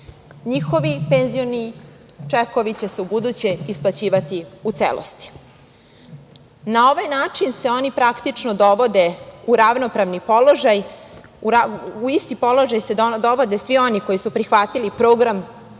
Njihovi penzioni čekovi će se ubuduće isplaćivati u celosti. Na ovaj način se oni praktično dovode u ravnopravni položaj, u isti položaj se dovode svi oni koji su prihvatili program Vlade